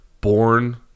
born